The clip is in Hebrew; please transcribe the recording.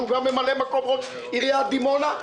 שהוא גם ממלא מקום ראש עיריית דימונה,